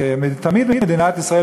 תמיד מדינת ישראל,